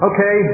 Okay